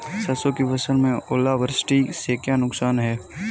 सरसों की फसल में ओलावृष्टि से क्या नुकसान है?